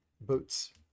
boots